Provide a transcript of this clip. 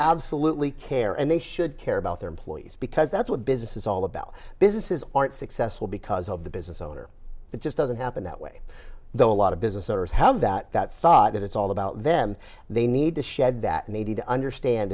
absolutely care and they should care about their employees because that's what business is all about businesses aren't successful because of the business owner that just doesn't happen that way though a lot of business owners have that thought it's all about them they need to shed that need to understand